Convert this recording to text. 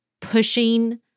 pushing